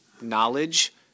knowledge